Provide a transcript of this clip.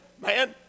Man